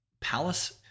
Palace